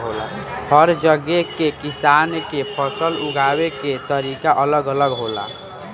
हर जगह के किसान के फसल उगावे के तरीका अलग अलग होला